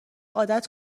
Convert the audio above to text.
عادت